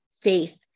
faith